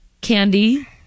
candy